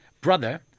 brother